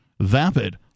vapid